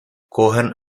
cohen